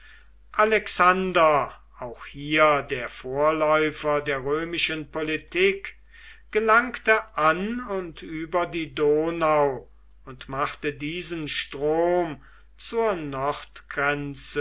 alexander auch hier der vorläufer der römischen politik gelangte an und über die donau und machte diesen strom zur